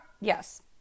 yes